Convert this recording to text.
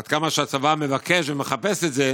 עד כמה שהצבא מבקש ומחפש את זה,